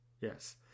yes